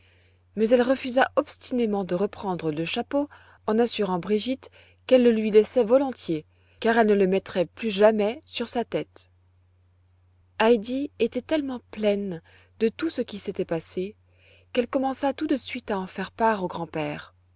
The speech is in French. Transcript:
mais elle refusa obstinément de reprendre le chapeau en assurant brigitte qu'elle le lui laissait volontiers car elle ne le mettrait plus jamais sur sa tête heidi était tellement pleine de tout ce qui s'était passé qu'elle commença tout de suite à en faire part au grand-père